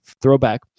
Throwback